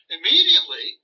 Immediately